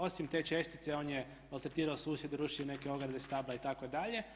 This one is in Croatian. Osim te čestice on je maltretirao susjede, rušio neke ograde, stabla itd.